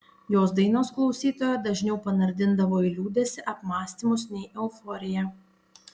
jos dainos klausytoją dažniau panardindavo į liūdesį apmąstymus nei euforiją